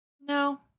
No